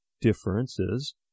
differences